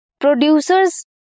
Producers